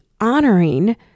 honoring